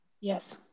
Yes